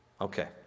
Okay